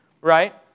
right